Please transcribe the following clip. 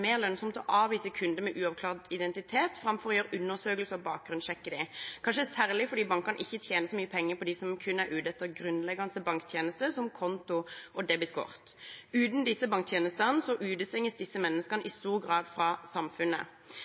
mer lønnsomt å avvise kunder med uavklart identitet enn å gjøre undersøkelser og bakgrunnssjekke dem – kanskje særlig fordi bankene ikke tjener så mye penger på dem som kun er ute etter grunnleggende banktjenester, som konto og debetkort. Uten disse banktjenestene utestenges disse menneskene i stor grad fra samfunnet.